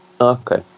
Okay